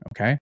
Okay